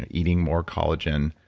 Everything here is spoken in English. ah eating more collagen.